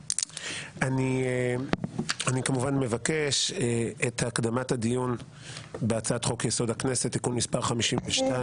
אני כמובן מבקש את הקדמת הדיון בהצעת חוק יסוד: הכנסת (תיקון מס' 52)